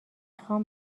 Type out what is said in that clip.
خوام